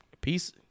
Peace